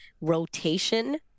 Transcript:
rotation